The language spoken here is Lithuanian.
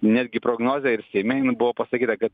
netgi prognozė ir seime buvo pasakyta kad